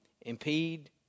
impede